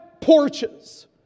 porches